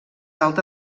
alta